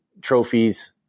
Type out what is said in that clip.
trophies